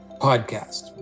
podcast